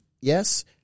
Yes